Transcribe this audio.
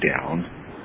down